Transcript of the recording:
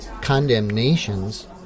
condemnations